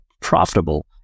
profitable